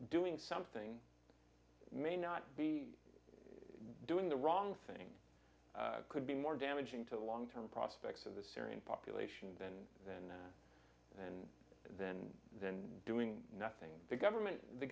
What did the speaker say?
doing something may not be doing the wrong thing could be more damaging to long term prospects of the syrian population than than than than doing nothing the government the